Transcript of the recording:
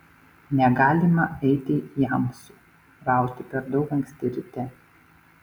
negalima eiti jamsų rauti per daug anksti ryte